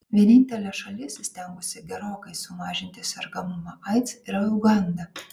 vienintelė šalis įstengusi gerokai sumažinti sergamumą aids yra uganda